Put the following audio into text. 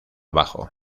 bajo